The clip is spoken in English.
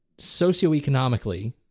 socioeconomically